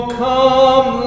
come